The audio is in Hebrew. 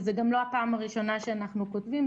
וזו גם לא הפעם הראשונה שאנחנו כותבים,